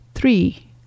Three